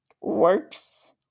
works